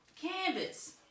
Canvas